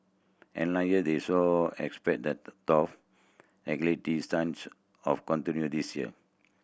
they saw expect the tough stance of continue this year